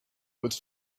would